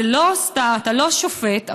אתה לא שופט,